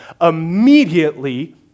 immediately